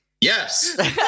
yes